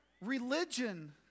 Religion